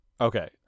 Okay